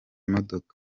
modoka